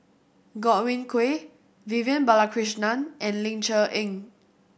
Godwin Koay Vivian Balakrishnan and Ling Cher Eng